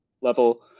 level